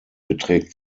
beträgt